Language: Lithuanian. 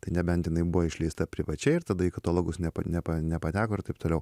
tai nebent jinai buvo išleista privačiai ir tada į katalogus nepa nepa nepateko ir taip toliau